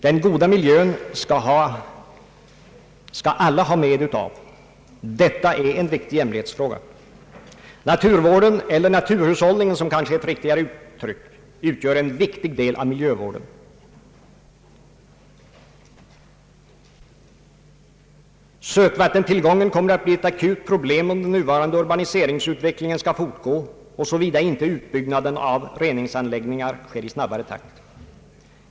Den goda miljön skall alla få del av, detta är en viktig jämlikhetsfråga. Naturvården, eller naturhushållningen, som kanske är ett riktigare uttryck, utgör en viktig del av miljövården. Sötvattentillgången kommer att bli ett akut problem, om den nuvarande urbaniseringsutvecklingen skall fortgå och såvida inte utbyggnaden av reningsanläggningar sker i snabbare takt.